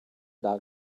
dog